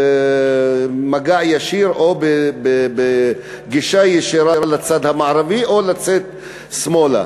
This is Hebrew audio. במגע ישיר או בגישה ישירה לצד המערבי או לצאת שמאלה.